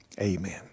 amen